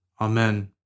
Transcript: Amen